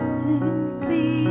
simply